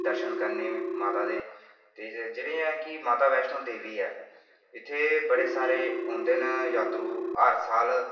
दर्शन करने गी माता दे ते जेह्ड़ी ऐ कि माता वैष्णो देवी ऐ इत्थै बड़े सारे जात्तरू औंदे न हर साल